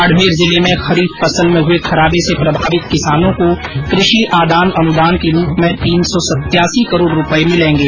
बाडमेर जिले में खरीफ फसल में हुए खराबे से प्रभावित किसानों को कृषि आदान अनुदान के रूप में तीन सौ सत्यासी करोड रूपये मिलेंगे